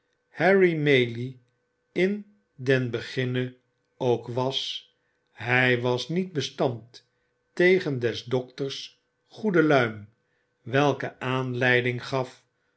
harry maylie in den beginne ook was hij was niet bestand tegen des dokters goede luim welke aanleiding gaf